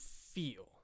feel